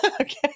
okay